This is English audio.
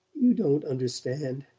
you don't understand.